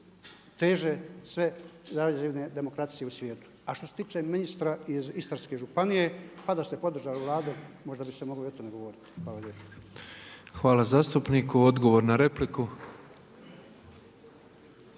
teže sve … demokracije u svijetu. A što se tiče ministra iz Istarske županije pa da ste podržali Vladu možda bi se moglo i o tome govoriti. Hvala lijepa. **Petrov, Božo